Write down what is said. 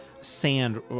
sand